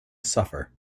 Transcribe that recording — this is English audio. suffer